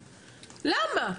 למה,